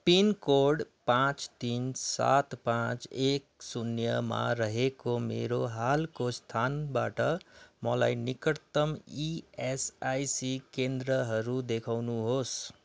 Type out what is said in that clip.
pin code पाँच तिन सात पाँच एक शून्यमा रहेको मेरो हालको स्थानबाट मलाई निकटतम इएसआइसी केन्द्रहरू देखाउनुहोस्